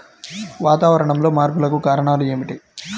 వాతావరణంలో మార్పులకు కారణాలు ఏమిటి?